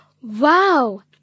Wow